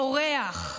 אורח.